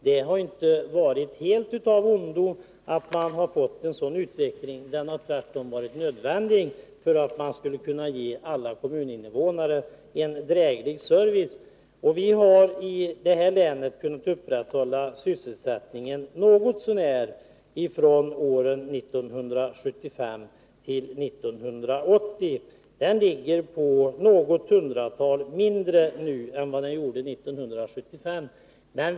Det har inte varit helt av ondo med en sådan utveckling — den har tvärtom varit nödvändig för att man skall kunna ge alla kommuninvånare en dräglig service. Vi har i detta län kunnat upprätthålla sysselsättningen något så när under åren 1975-1980. Antalet sysselsatta är nu något hundratal mindre än det var 1975.